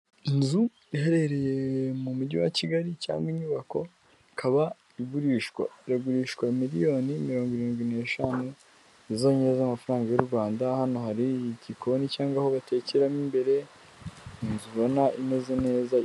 Inzu iherereye mu mujyi wa Kigali cyangwa inyubako ikaba igurishwa. iragurishwa miliyoni mirongo irindwi n'eshanu zonyine z'amafaranga y'u Rwanda, hano hari igikoni cyangwa aho batekeramo mu imbere inzu ubona imeze neza.